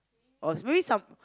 or is maybe some